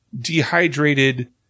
dehydrated